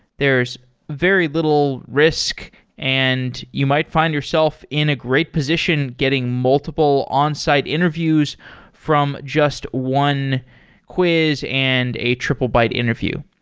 there's very little risk and you might find yourself in a great position getting multiple onsite interviews from just one quiz and a triplebyte interview.